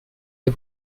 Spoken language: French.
est